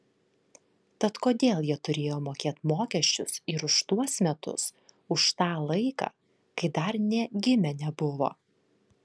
tad kodėl jie turėjo mokėt mokesčius ir už tuos metus už tą laiką kai dar nė gimę nebuvo